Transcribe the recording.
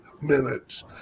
minutes